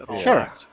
Sure